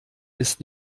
ist